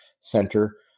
center